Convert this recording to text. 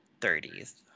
30s